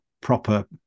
proper